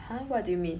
!huh! what do you mean